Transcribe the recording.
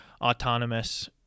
autonomous